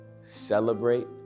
celebrate